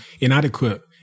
inadequate